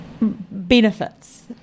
benefits